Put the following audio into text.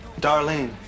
Darlene